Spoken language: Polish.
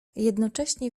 jednocześnie